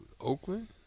Oakland